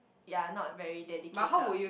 ya not very dedicated